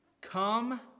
Come